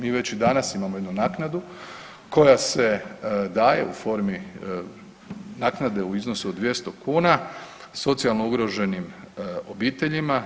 Mi već danas imamo jednu naknadu koja se daje u formi naknade u iznosu od 200 kuna socijalno ugroženim obiteljima.